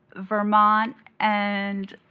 vermont and